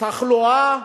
תחלואה